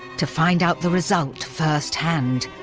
to find out the result first hand.